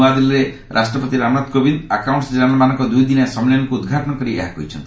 ନ୍ତଆଦିଲ୍ଲୀରେ ଆଜି ରାଷ୍ଟ୍ରପତି ରମାନାଥ କୋବିନ୍ଦ ଆକାଉଣ୍ଟସ ଜେନେରାଲ ମାନଙ୍କ ଦୂଇଦିନିଆ ସମ୍ମିଳନୀକୁ ଉଦ୍ଘାଟନ କରି ଏହା କହିଛନ୍ତି